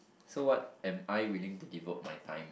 so what am I willing to devote my time